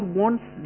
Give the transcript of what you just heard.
wants